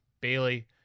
Bailey